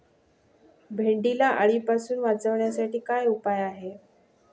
भेंडीला अळीपासून वाचवण्यासाठी काय उपाय आहे?